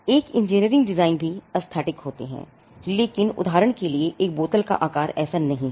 एक engineering design भी aesthetic होते हैं लेकिन उदाहरण के लिए एक बोतल का आकार ऐसा नहीं है